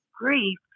grief